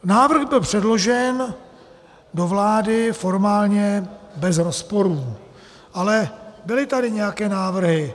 Návrh byl předložen do vlády formálně bez rozporů, ale byly tady nějaké návrhy.